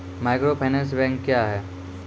Microfinance bank क्या हैं?